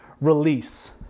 release